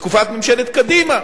בתקופת ממשלת קדימה,